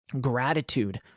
gratitude